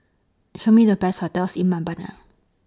Show Me The Best hotels in Mbabana